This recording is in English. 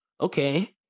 okay